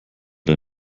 der